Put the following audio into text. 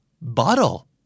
Bottle